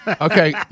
Okay